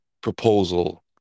proposal